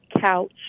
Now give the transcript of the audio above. couch